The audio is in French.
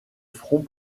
front